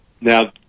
Now